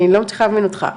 אני לא מצליחה להבין אותך,